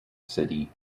city